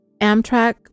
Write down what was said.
Amtrak